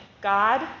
God